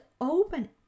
open